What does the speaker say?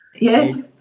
Yes